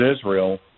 Israel